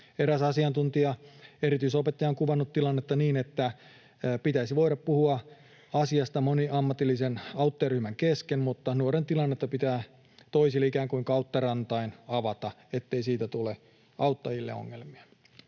Eräs asiantuntija, erityisopettaja, on kuvannut tilannetta niin, että pitäisi voida puhua asiasta moniammatillisen auttajaryhmän kesken, mutta nuoren tilannetta pitää toisille ikään kuin kautta rantain avata, ettei siitä tule auttajille ongelmia.